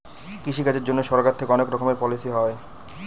কৃষি কাজের জন্যে সরকার থেকে অনেক রকমের পলিসি হয়